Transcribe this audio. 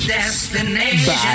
Destination